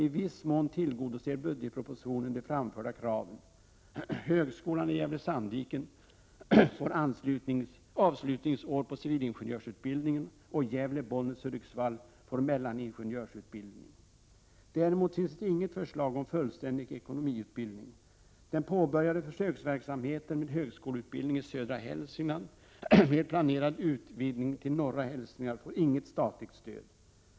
I viss mån tillgodoser budgetpropositionen de framförda kraven. Högskolan i Gävle/Sandviken får avslutningsår på civilingenjörsutbildningen och Gävle, Bollnäs och Hudiksvall får mellaningenjörsutbildning. Det finns däremot inget förslag om fullständig ekonomiutbildning. Den påbörjade försöksverksamheten med högskoleutbildning i södra Hälsingland, med planerad utvidgning till norra Hälsingland, får inget statligt stöd.